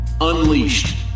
Unleashed